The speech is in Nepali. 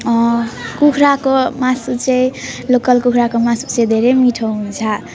कुखुराको मासु चाहिँ लोकल कुखुराको मासु चाहिँ धेरै मिठो हुन्छ